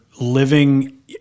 living